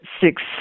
six